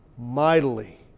mightily